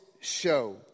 show